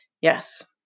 Yes